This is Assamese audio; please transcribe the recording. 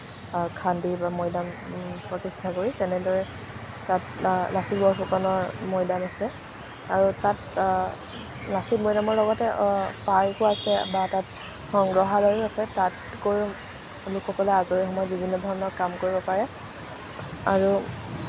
খান্দি বা মৈদাম প্ৰতিস্থা কৰি তেনেদৰে তাত লাচিত বৰফুকনৰ মৈদাম আছে আৰু তাত লাচিত মৈদামৰ লগতে পাৰ্কো আছে বা তাত সংগ্ৰহালয়ো আছে তাত গৈ লোকসকলে আজৰি সময়ত বিভিন্ন ধৰণৰ কাম কৰিব পাৰে আৰু